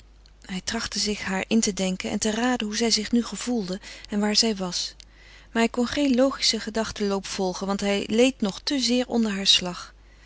hij trachtte zich in haar te denken en te raden hoe zij zich nu gevoelde en waar zij was maar hij kon geen logischen gedachtenloop volgen want hij leed nog te zeer onder haar slag